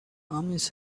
armies